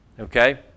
Okay